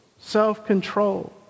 self-control